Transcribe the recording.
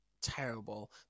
terrible